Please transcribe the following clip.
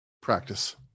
practice